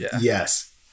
yes